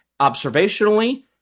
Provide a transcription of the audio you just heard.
observationally